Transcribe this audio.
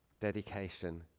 dedication